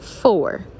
Four